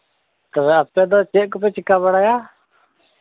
ᱛᱚᱵᱮ ᱟᱯᱮ ᱫᱚ ᱪᱮᱫ ᱠᱚᱯᱮ ᱪᱤᱠᱟᱹ ᱵᱟᱲᱟᱭᱟ